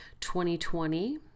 2020